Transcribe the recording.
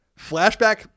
Flashback